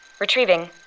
Retrieving